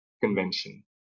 Convention